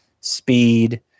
speed